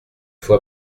faut